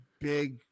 big